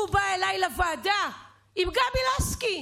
הוא בא אליי לוועדה עם גבי לסקי,